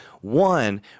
one